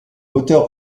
moteur